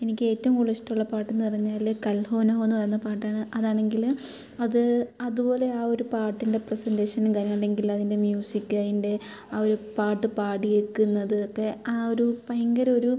എനിക്ക് ഏറ്റവും കൂടുതലിഷ്ടമുള്ള പാട്ടെന്ന് പറഞ്ഞാൽ കൽ ഹോന ഹോ എന്ന് പറയുന്ന പാട്ടാണ് അതാണെങ്കിൽ അത് അതുപോലെ ആ ഒരു പാട്ടിൻ്റെ പ്രസൻറ്റേഷനും കാര്യവും അല്ലെങ്കിൽ അതിൻ്റെ മ്യൂസിക് അതിൻ്റെ ആ ഒരു പാട്ട് പാടിയേക്കുന്നതൊക്കെ ആ ഒരു ഭയങ്കര ഒരു